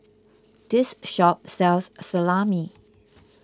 this shop sells Salami